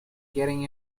getting